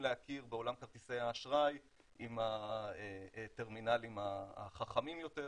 להכיר בעולם כרטיסי האשראי עם הטרמינלים החכמים יותר,